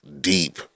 deep